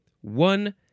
One